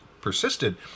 persisted